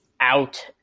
out